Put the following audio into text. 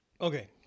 Okay